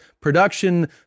production